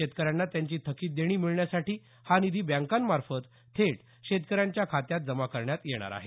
शेतकऱ्यांना त्यांची थकित देणी मिळण्यासाठी हा निधी बँकामार्फत थेट शेतकऱ्यांच्या खात्यात जमा करण्यात येणार आहे